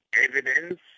evidence